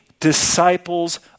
Disciples